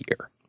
year